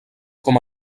com